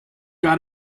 ought